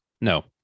no